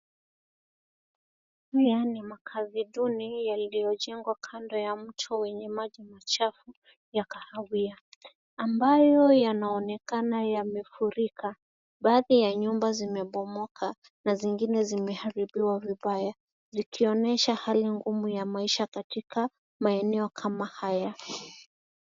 Haya ni makazi duni yaliyojengwa kando ya mto wenye maji machafu ya kahawia ambayo yanaonekana yamefurika. Baadhi ya nyumba zimebomoka na zingine zimeharibiwa vibaya zikionyesha hali ngumu ya maisha katika maeneo kama haya.